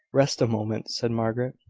rest a moment, said margaret.